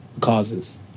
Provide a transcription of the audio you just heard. Causes